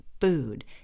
food